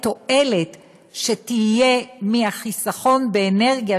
התועלת שתהיה מהחיסכון באנרגיה,